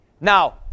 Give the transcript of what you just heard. Now